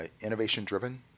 innovation-driven